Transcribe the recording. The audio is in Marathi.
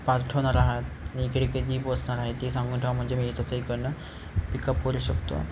पाठवणार आहात इकडे कधी पोहोचणार आहे ते सांगून ठेवा म्हणजे मी तसं इकडून पिकअप करू शकतो